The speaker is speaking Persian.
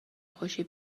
خوشی